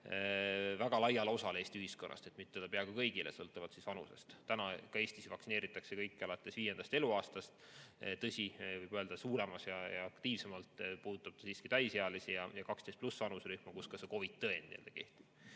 väga laiale osale Eesti ühiskonnast, et mitte öelda peaaegu kõigile, sõltuvalt vanusest. Täna ka Eestis vaktsineeritakse kõiki alates viiendast eluaastast. Tõsi, võib öelda, suuremas osas ja aktiivsemalt puudutab see siiski täisealisi ja 12+ vanuserühma, kus ka see COVID‑tõend